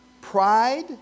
pride